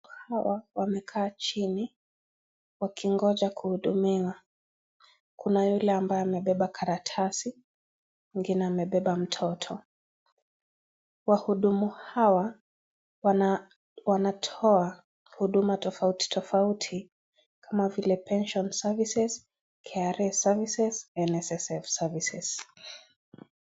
Hawa wamekaa chini wakingoja kuhudumiwa kuna yule ambaye amebeba karatasi , mwingine amebeba mtoto. Wahudumu hawa wanatoa huduma tofauti tofauti kama vile (CS)pension services, KRA services, NSSF services(CS).